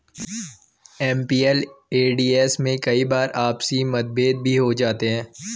MPLADS में कई बार आपसी मतभेद भी हो जाते हैं